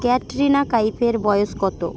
ক্যাটরিনা কাইফের বয়স কত